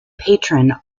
patron